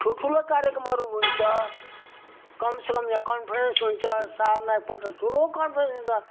ठुल ठुलो कार्यक्रमहरू हुन्छ कमसेकम यहाँ कन्फेरेन्स हुन्छ सालमा एकपल्ट ठुलो कन्फेरेनस हुन्छ